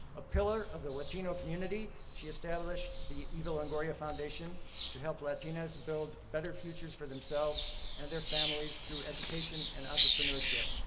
a pillar of the latino community, she established the eva longoria foundation to help latinas build better futures for themselves and their families through education and entrepreneurship,